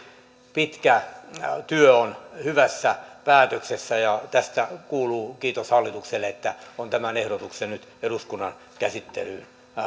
pitkä työ on hyvässä päätöksessä ja tästä kuuluu kiitos hallitukselle että se on tämän ehdotuksen nyt eduskunnan käsittelyyn